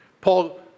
Paul